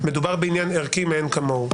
מדובר בעניין ערכי מאין כמוהו.